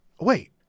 Wait